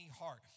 heart